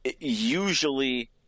usually